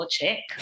check